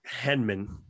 Henman